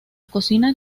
cocina